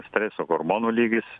streso hormonų lygis